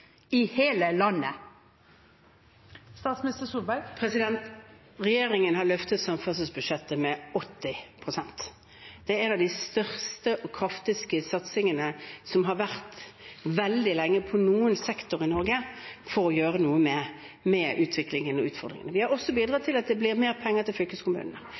i hele landet? Regjeringen har løftet samferdselsbudsjettet med 80 pst. Det er en av de største og kraftigste satsingene som har vært på veldig lang tid, på noen sektor i Norge, for å gjøre noe med utviklingen og utfordringene. Vi har også bidratt til at det blir mer penger til fylkeskommunene.